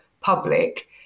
public